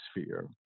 sphere